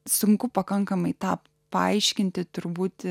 sunku pakankamai tą paaiškinti turbūt